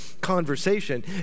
conversation